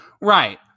Right